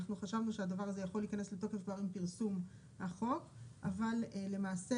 אנחנו חשבנו שהדבר הזה יכול להכנס לתוקף כבר עם פרסום החוק אבל למעשה,